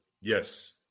Yes